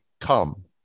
come